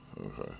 Okay